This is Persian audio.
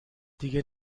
دیگه